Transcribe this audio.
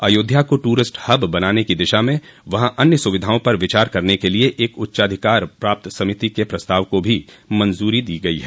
अयोध्या को tourist hub बनाने की दिशा में वहाँ अन्य सुविधाओं पर विचार करने के लिए एक उच्चाधिकार प्राप्त समिति के प्रस्ताव को भो मंजरी दी गयी है